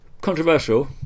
Controversial